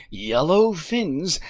yellow fins,